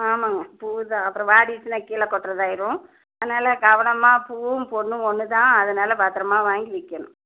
ஆமாம்ங்க பூ தான் அப்புறம் வாடிட்டுன்னா கீழே கொட்றதாயிடும் அதனால் கவனமாக பூவும் பொருளும் ஒன்றுதான் அதனால் பத்திரமா வாங்கி வைக்கணும்